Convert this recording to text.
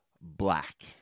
black